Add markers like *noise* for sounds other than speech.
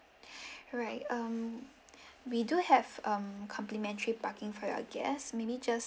*breath* alright um we do have um complimentary parking for your guests maybe just